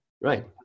Right